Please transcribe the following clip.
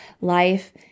life